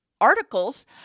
articles